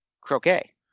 Croquet